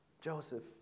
joseph